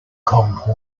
cold